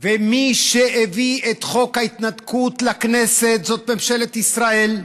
ומי שהביא את חוק ההתנתקות לכנסת זה ממשלת ישראל,